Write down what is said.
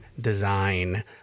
design